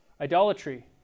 idolatry